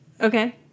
Okay